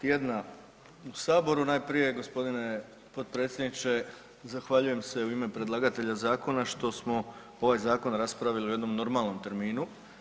tjedna u saboru najprije gospodine potpredsjedniče zahvaljujem se u ime predlagatelja zakona što smo ovaj zakon raspravili u jednom normalnom terminu.